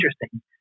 interesting